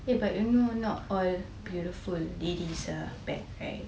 !hey! but you know not all beautiful ladies are bad right